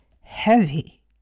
heavy